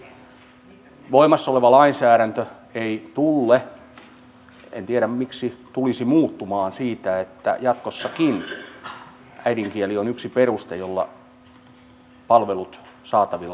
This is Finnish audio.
kolmanneksi voimassa oleva lainsäädäntö ei tulle en tiedä miksi tulisi muuttumaan siitä että jatkossakin äidinkieli on yksi peruste jolla palvelut saatavilla ovat